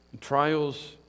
trials